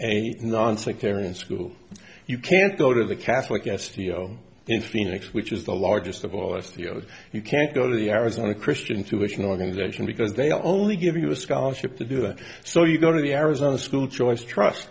and nonsectarian school you can't go to the catholic s p o in phoenix which is the largest of all you know you can't go to the arizona christian tuition organization because they only give you a scholarship to do it so you go to the arizona school choice trust